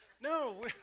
No